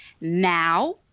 Now